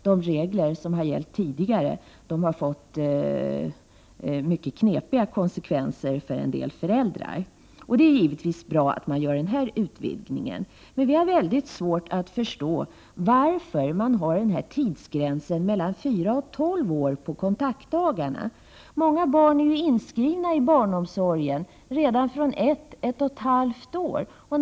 De regler som har gällt tidigare har fått mycket knepiga konsekvenser för en del föräldrar. Det är givetvis bra att man gör denna utvidgning. Vi har emellertid mycket svårt att förstå varför man har en tidsgräns på mellan fyra och tolv år för kontaktdagarna. Många barn är ju inskrivna i barnomsorgen redan från 1-1,5 års ålder.